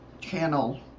channel